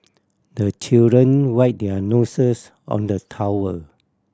the children wipe their noses on the towel